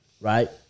Right